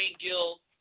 Gill